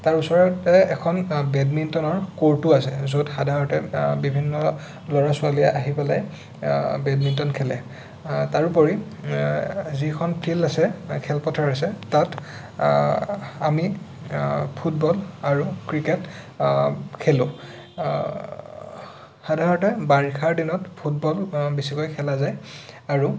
তাৰ ওচৰতে এখন বেডমিণ্টনৰ কৰ্টো আছে য'ত সাধাৰণতে বিভিন্ন ল'ৰা ছোৱালীয়ে আহি পেলাই বেডমিণ্টন খেলে তাৰোপৰি যিখন ফিল্ড আছে খেলপথাৰ আছে তাত আমি ফুটবল আৰু ক্ৰিকেট খেলোঁ সাধাৰণতে বাৰিষাৰ দিনত ফুটবল বেছিকৈ খেলা যায় আৰু